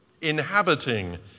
inhabiting